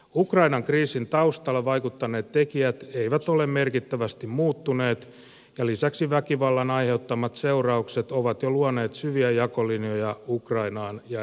ukrainan kriisin taustalla vaikuttaneet tekijät eivät ole merkittävästi muuttuneet ja lisäksi väkivallan aiheuttamat seuraukset ovat jo luoneet syviä jakolinjoja ukrainaan ja eurooppaan